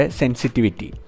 sensitivity